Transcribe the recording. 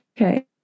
okay